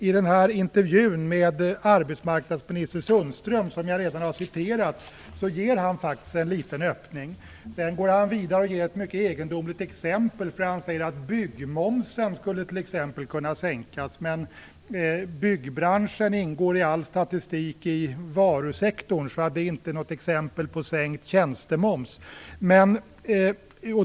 I den intervju med arbetsmarknadsminister Sundström som jag redan har citerat ger han faktiskt en liten öppning. Sedan går han vidare och ger ett mycket egendomligt exempel. Han säger att byggmomsen t.ex. skulle kunna sänkas. Men byggbranschen ingår i all statistik i varusektorn. Det är alltså inte något exempel på sänkt tjänstemoms.